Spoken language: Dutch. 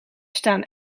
staan